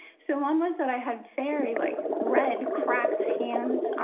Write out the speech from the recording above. so one was that i had very like red cracked hands,